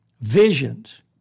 visions